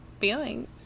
feelings